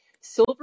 Silver